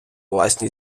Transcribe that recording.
власні